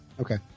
Okay